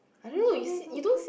must I wear long pants